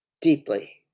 deeply